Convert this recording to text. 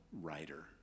writer